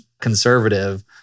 conservative